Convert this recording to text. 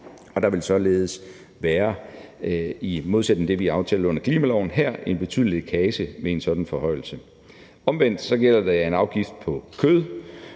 og der vil således, i modsætning til det, vi har aftalt under klimaloven, her være en betydelig lækage ved en sådan forhøjelse. Omvendt gælder det, at en afgift på kød